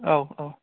औ औ